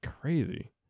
crazy